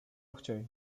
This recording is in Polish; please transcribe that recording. chciej